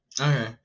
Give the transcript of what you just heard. Okay